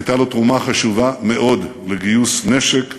הייתה לו תרומה חשובה מאוד לגיוס נשק,